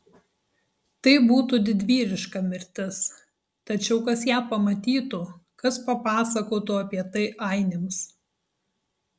tai būtų didvyriška mirtis tačiau kas ją pamatytų kas papasakotų apie tai ainiams